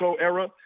era